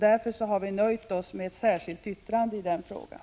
Därför har vi nöjt oss med ett särskilt yttrande i den frågan.